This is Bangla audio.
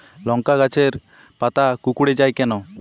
লংকা গাছের পাতা কুকড়ে যায় কেনো?